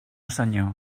senyor